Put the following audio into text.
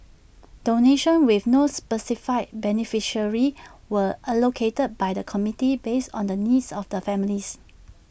donations with no specified beneficiaries were allocated by the committee based on the needs of the families